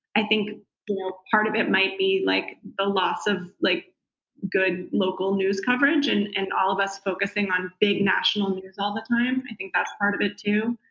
i think part of it might be like the loss of like good local news coverage, and and all of us focusing on big national news all the time. i think that's part of it, too.